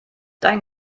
dein